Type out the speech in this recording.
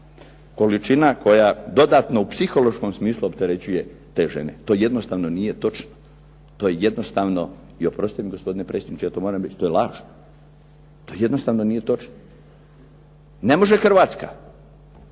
količina koja dodatno u psihološkom smislu opterećuje te žene. To jednostavno nije točno. To je jednostavno i oprostite gospodine predsjedniče, ja to moram reći, to je laž. To jednostavno nije točno. Ne može Hrvatska